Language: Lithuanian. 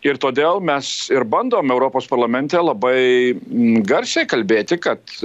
ir todėl mes ir bandom europos parlamente labai garsiai kalbėti kad